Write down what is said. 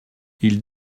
ils